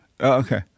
Okay